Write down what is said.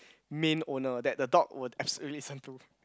main owner that the dog will absolutely listen to